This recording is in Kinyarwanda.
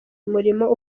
umurimo